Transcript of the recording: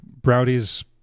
Browdy's